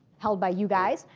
held by you guys,